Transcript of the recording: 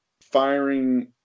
firing